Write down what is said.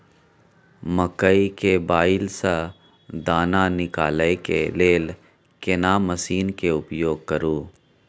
मकई के बाईल स दाना निकालय के लेल केना मसीन के उपयोग करू?